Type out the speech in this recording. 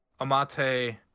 Amate